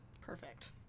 Perfect